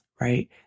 right